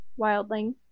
Wildling